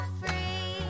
free